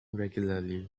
regularly